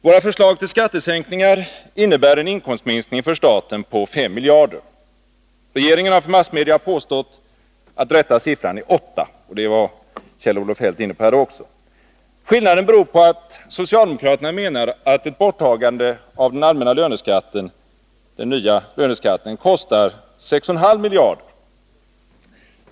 Våra förslag till skattesänkningar innebär en inkomstminskning för staten på 5 miljarder. Regeringen har för massmedia påstått att det rätta beloppet är 8 miljarder. Det var även Kjell-Olof Feldt inne på. Skillnaden beror på att socialdemokraterna menar att ett borttagande av den nya löneskatten kostar 6,5 miljarder.